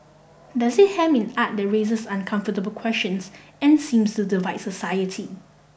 does it hem in art that raises uncomfortable questions and seems to divide society